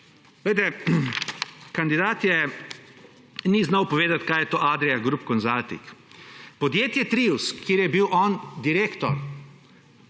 kandidat ni znal povedati kaj je to ADL Group Consulting. Podjetje Trius, kjer je bil on direktor,